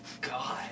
God